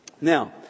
Now